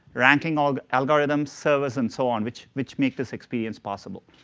ranking, all the algorithms, servers, and so on which which make this experience possible.